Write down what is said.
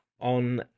on